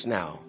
now